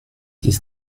ist